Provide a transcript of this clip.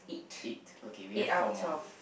eight okay we have four more